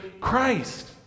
Christ